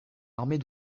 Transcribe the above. armée